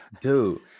Dude